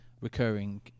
recurring